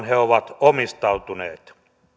he ovat omistautuneet